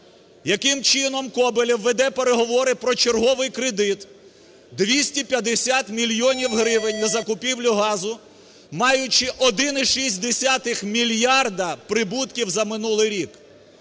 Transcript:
Яким чином Коболєв веде переговори про черговий кредит, 250 мільйонів гривень, на закупівлю газу, маючи 1,6 мільярда прибутків за минулий рік.